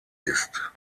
ist